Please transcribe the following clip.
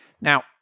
Now